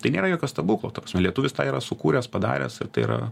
tai nėra jokio stebuklo ta prasme lietuvis tą yra sukūręs padaręs ir tai yra